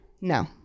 No